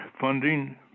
funding